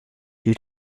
due